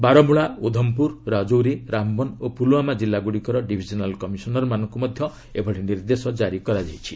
ବାରମଳା ଉଦ୍ଧାମପୁର ରାଜୋରି ରାମବନ ଓ ପୁଲ୍ୱାମା ଜିଲ୍ଲାଗୁଡ଼ିକର ଡିଭିଜନାଲ କମିଶନରମାନଙ୍କୁ ମଧ୍ୟ ଏଭଳି ନିର୍ଦ୍ଦେଶ ଜାରି କରାଯାଇଛି